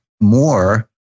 more